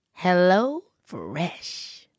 HelloFresh